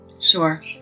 Sure